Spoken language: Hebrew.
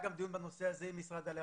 היה גם דיון בנושא הזה עם משרד העלייה